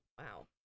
Wow